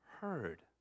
heard